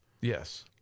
Yes